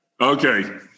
Okay